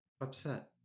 upset